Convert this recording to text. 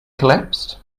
collapsed